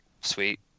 sweet